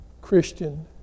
Christian